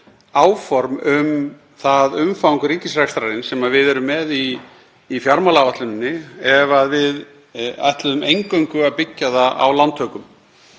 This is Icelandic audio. áform um það umfang ríkisrekstrarins sem við erum með í fjármálaáætlun ef við ætluðum eingöngu að byggja það á lántökum,